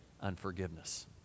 unforgiveness